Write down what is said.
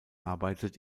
arbeitet